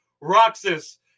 Roxas